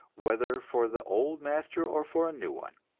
whether for the old master or for a new one.